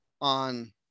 on